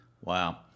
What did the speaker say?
Wow